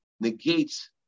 negates